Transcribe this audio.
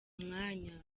mwanya